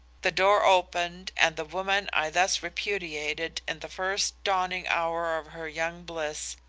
the door opened and the woman i thus repudiated in the first dawning hour of her young bliss,